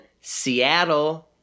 Seattle